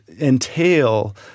entail